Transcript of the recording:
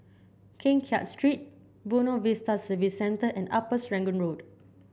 Keng Kiat Street Buona Vista Service Centre and Upper Serangoon Road